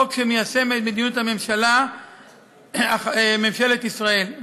חוק שמיישם את מדיניות השל ממשלת ישראל.